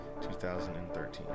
2013